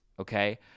Okay